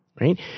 right